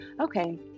okay